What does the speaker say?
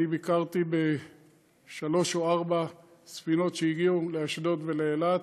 ביקרתי בשלוש או ארבע ספינות שהגיעו לאשדוד ולאילת,